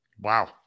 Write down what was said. wow